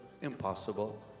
impossible